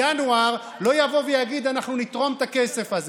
בינואר, שלא יבוא ויגיד: אנחנו נתרום את הכסף הזה.